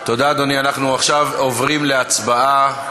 אנחנו עכשיו עוברים להצבעה.